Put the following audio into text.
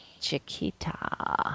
Chiquita